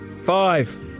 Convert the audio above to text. five